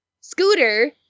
Scooter